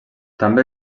també